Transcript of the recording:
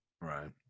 Right